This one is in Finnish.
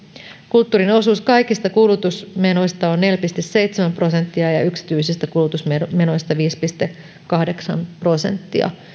kulttuurin osuus kaikista kulutusmenoista on neljä pilkku seitsemän prosenttia ja yksityisistä kulutusmenoista viisi pilkku kahdeksan prosenttia